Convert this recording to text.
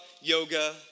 yoga